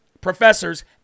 professors